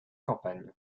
campagnes